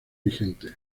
vigente